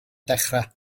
dechrau